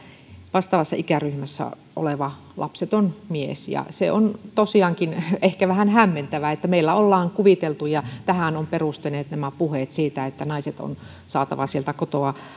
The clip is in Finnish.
vastaavassa ikäryhmässä oleva lapseton mies ja se on tosiaankin ehkä vähän hämmentävää meillä ollaan kuviteltu ja tähän ovat perustuneet nämä puheet siitä että naiset on saatava sieltä kotoa